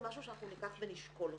זה משהו שאנחנו ניקח ונשקול אותו,